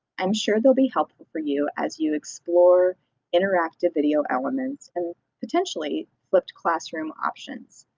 i'm sure they'll be helpful for you as you explore interactive video elements and, potentially, flipped classroom options.